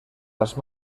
las